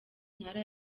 ntara